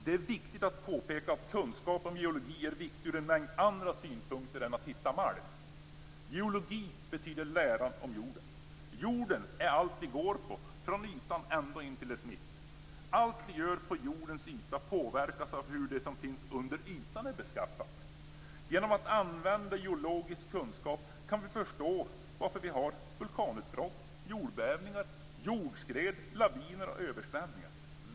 Det är viktigt att påpeka att kunskap om geologi är viktig ur en mängd andra synpunkter än för att hitta malm. Geologi betyder läran om jorden. Jorden är allt det vi går på, från ytan ända in till dess mitt. Allt vi gör på jordens yta påverkas av hur det som finns under ytan är beskaffat. Genom att använda geologisk kunskap kan vi förstå varför vi har vulkanutbrott, jordbävningar, jordskred, laviner och översvämningar.